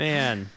Man